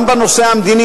גם בנושא המדיני,